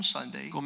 Sunday